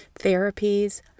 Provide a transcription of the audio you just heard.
therapies